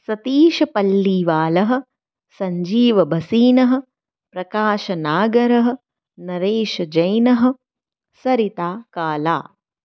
सतीशपल्लिवालः सञ्जीवभसीनः प्रकाशनागरः नरेशजैनः सरिताकाला